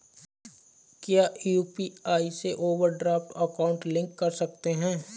क्या यू.पी.आई से overdraft account link कर सकते हैं?